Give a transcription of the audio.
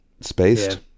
Spaced